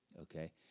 okay